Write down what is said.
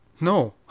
no